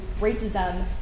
racism